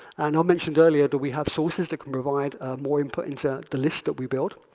and i mentioned earlier that we have sources that can provide more input into the list that we build.